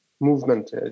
movement